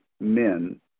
men